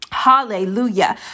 hallelujah